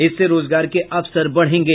इससे रोजगार के अवसर बढ़ेंगे